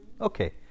Okay